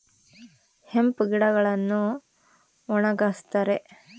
hemp ಗಿಡಗಳನ್ನು ಒಣಗಸ್ತರೆ